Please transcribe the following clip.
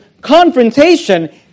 confrontation